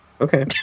Okay